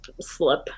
slip